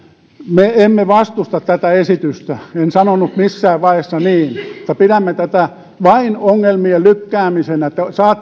me emme vastusta tätä esitystä en en sanonut missään vaiheessa niin mutta pidämme tätä vain ongelmien lykkäämisenä